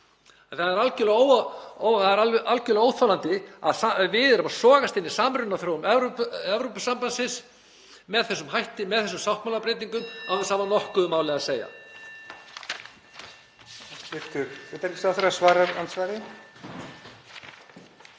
Það er algjörlega óþolandi að við séum að sogast inn í samrunaþróun Evrópusambandsins með þessum hætti, með þessum sáttmálabreytingum, án þess að hafa nokkuð um málið að segja.